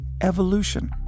evolution